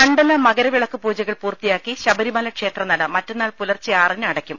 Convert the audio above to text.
മണ്ഡല മകരവിളക്ക് പൂജകൾ പൂർത്തിയാക്കി ശബരിമല ക്ഷേത്രനട മറ്റന്നാൾ പൂലർച്ചെ ആറിന് അടയ്ക്കും